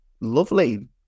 lovely